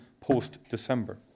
post-December